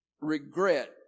regret